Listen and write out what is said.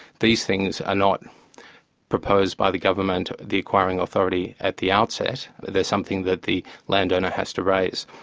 these things are not proposed by the government, the acquiring authority, at the outset, they're something that the landowner has to raise.